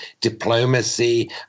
diplomacy